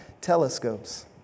telescopes